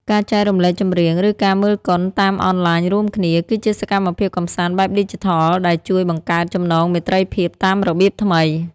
ការចែករំលែកចម្រៀង ឬការមើលកុនតាមអនឡាញរួមគ្នា គឺជាសកម្មភាពកម្សាន្តបែបឌីជីថលដែលជួយបង្កើតចំណងមេត្រីភាពតាមរបៀបថ្មី។